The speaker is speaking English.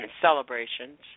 celebrations